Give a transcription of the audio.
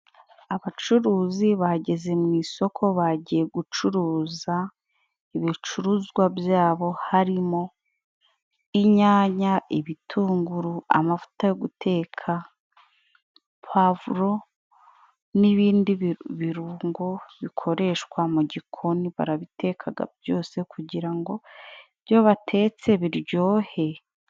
Abacuruzi bageze mu isoko. Bagiye gucuruza ibicuruzwa byabo harimo inyanya, ibitunguru, amavuta yo guteka, pavuro, n'ibindi birungo bikoreshwa mu gikoni barabitekaga byose kugira ngo ibyo batetse biryohe.